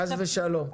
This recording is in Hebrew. חס ושלום.